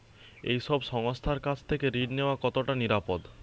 এই সব সংস্থার কাছ থেকে ঋণ নেওয়া কতটা নিরাপদ?